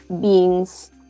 beings